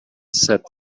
said